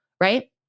Right